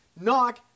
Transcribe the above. knock